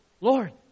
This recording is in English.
Lord